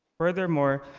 furthermore,